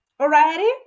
Alrighty